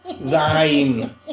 thine